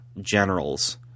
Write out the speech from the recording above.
generals